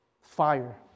fire